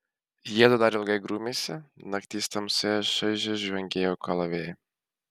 jiedu dar ilgai grūmėsi nakties tamsoje šaižiai žvangėjo kalavijai